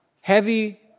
heavy